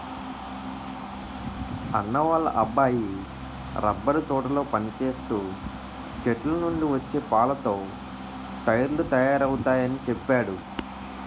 అన్నా వాళ్ళ అబ్బాయి రబ్బరు తోటలో పనిచేస్తూ చెట్లనుండి వచ్చే పాలతో టైర్లు తయారవుతయాని చెప్పేడు